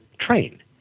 train